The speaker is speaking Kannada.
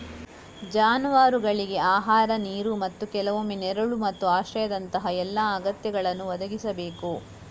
ಜಾನುವಾರುಗಳಿಗೆ ಆಹಾರ, ನೀರು ಮತ್ತು ಕೆಲವೊಮ್ಮೆ ನೆರಳು ಮತ್ತು ಆಶ್ರಯದಂತಹ ಎಲ್ಲಾ ಅಗತ್ಯಗಳನ್ನು ಒದಗಿಸಬೇಕು